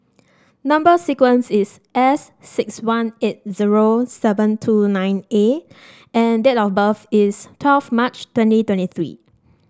number sequence is S six one eight zero seven two nine A and date of birth is twelve March twenty twenty three